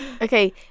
Okay